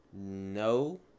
No